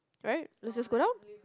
right let's just go down